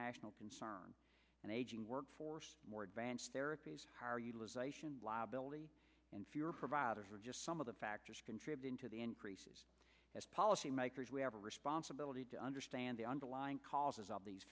national concern an aging workforce more advanced therapies higher utilization liability and fewer providers are just some of the factors contributing to the increases as policy makers we have a responsibility to understand the underlying causes of these